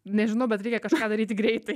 nežinau bet reikia kažką daryti greitai